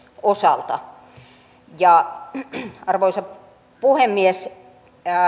osalta arvoisa puhemies